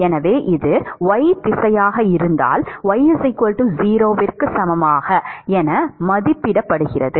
எனவே இது y திசையாக இருந்தால் y0 க்கு சமமாக என மதிப்பிடப்படுகிறது